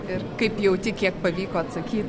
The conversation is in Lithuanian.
ir kaip jauti kiek pavyko atsakyt